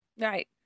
Right